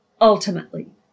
ultimately